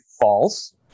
false